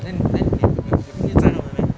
then 你明天载那个 way